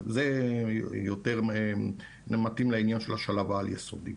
זה יותר מתאים לעניין של השלב העל-יסודי,